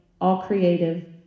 all-creative